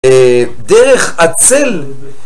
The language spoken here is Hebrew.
דרך הצל